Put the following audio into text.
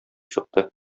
чыкты